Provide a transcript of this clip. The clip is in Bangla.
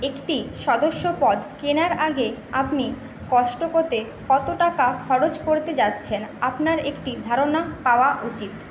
একটি সদস্যপদ কেনার আগে আপনি কস্টকো তে কত টাকা খরচ করতে যাচ্ছেন আপনার একটি ধারণা পাওয়া উচিত